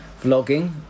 vlogging